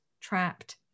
trapped